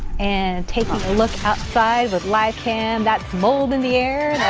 and take a look outside with live. cam that mold in the air.